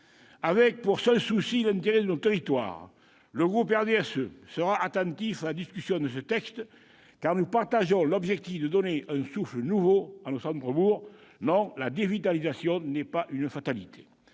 Avec pour seul souci l'intérêt de nos territoires, le groupe du RDSE sera attentif à la discussion de ce texte, car nous partageons l'objectif de donner un souffle nouveau à nos centres-bourgs. Non, la dévitalisation n'est pas une fatalité